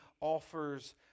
offers